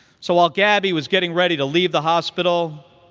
so while gabby was getting ready to leave the hospital,